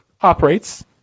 operates